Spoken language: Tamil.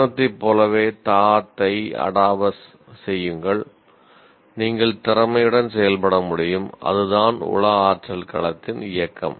நடனத்தைப் போலவே தா தை அடாவஸ் செய்யுங்கள் நீங்கள் திறமையுடன் செயல்பட முடியும் அதுதான் உள ஆற்றல் களத்தின் இயக்கம்